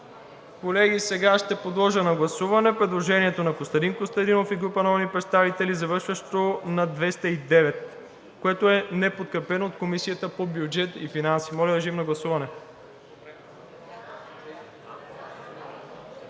Колеги, ще подложа на гласуване предложението на Костадин Костадинов и група народни представители, завършващо на 209, което е неподкрепено от Комисията по бюджет и финанси. Гласували